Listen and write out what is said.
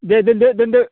दे दोनदो दोनदो